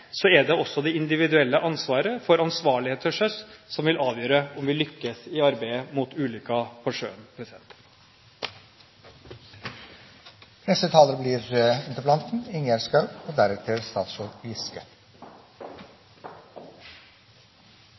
er det også det individuelle ansvaret for sikkerheten til sjøs som vil avgjøre om vi lykkes i arbeidet mot ulykker på sjøen.